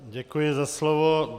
Děkuji za slovo.